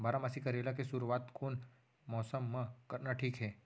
बारामासी करेला के शुरुवात कोन मौसम मा करना ठीक हे?